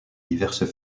diverses